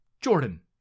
Jordan